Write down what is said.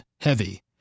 Heavy